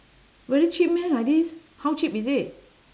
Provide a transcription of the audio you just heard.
very cheap meh like this how cheap is it